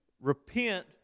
repent